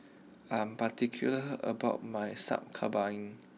I'm particular about my Sup Kambing